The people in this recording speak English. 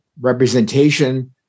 representation